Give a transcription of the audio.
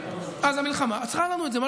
אז המלחמה עצרה לנו את זה,